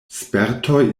spertoj